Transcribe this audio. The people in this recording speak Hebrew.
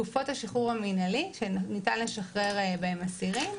תקופות השחרור המינהלי שניתן לשחרר בהן אסירים,